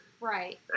Right